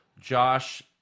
Josh